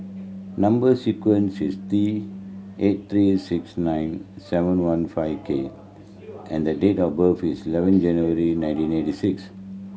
number sequence is T eight three six nine seven one five K and the date of birth is eleven January nineteen eighty six